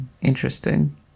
Interesting